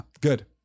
good